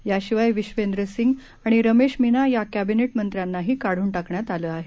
याशिवाय विश्वेंद्र सिंग आणि रमेश मीना या कॅबिनेट मंत्र्यांनाही काढून टाकण्यात आलं आहे